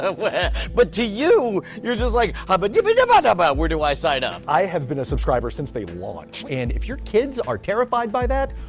ah but to you, you're just like, habba dibba dabba dabba, where do i sign up? i have been a subscriber since they launched, and if your kids are terrified by that,